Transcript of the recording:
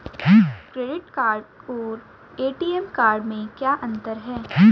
Credit card और ATM card में क्या अंतर है?